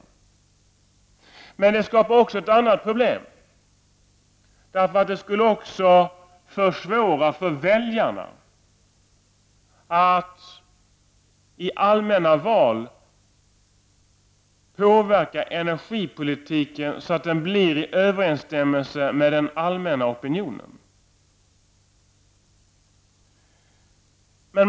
Men det skapar också ett annat problem. Det skulle försvåra för väljarna att i allmänna val påverka energipolitiken så att den blir i överensstämmelse med den allmänna opinionen.